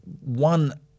one